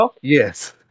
yes